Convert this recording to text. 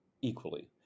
equally